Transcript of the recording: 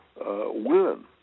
win